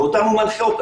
ואותה הוא מנחה.